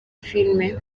filime